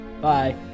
Bye